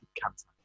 cancer